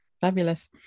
fabulous